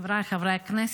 חבריי חברי הכנסת,